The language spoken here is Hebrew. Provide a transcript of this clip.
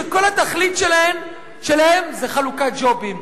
שכל התכלית שלהם זה חלוקת ג'ובים.